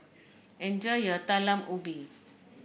enjoy your Talam Ubi